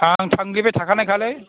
आं थांग्लिबाय थाखानायखालै